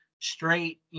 straight